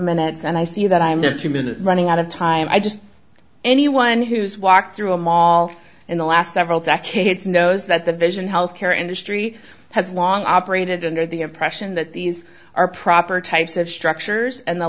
minutes and i see that i'm running out of time i just anyone who's walked through a mall in the last several decades knows that the vision health care industry has long operated under the impression that these are proper types of structures and the